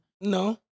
No